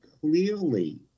clearly